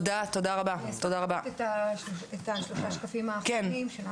אני אשמח להראות את שלושת השקפים האחרונים.